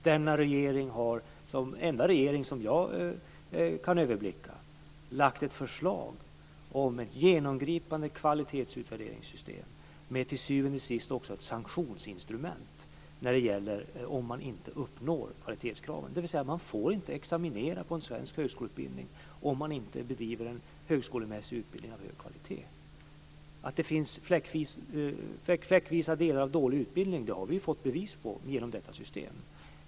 Denna regering har, som enda regering som jag kan överblicka, lagt fram ett förslag om ett genomgripande kvalitetsutvärderingssystem med till syvende och sist också ett sanktionsinstrument om man inte uppnår kvalitetskraven, dvs. man får inte examinera på en svensk högskoleutbildning om man inte bedriver en högskolemässig utbildning av hög kvalitet. Att det finns fläckvisa delar av dålig utbildning har vi fått bevis på genom detta system.